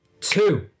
Two